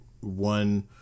one